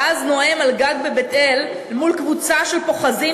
ואז נואם על גג בבית-אל מול קבוצה של פוחזים